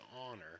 honor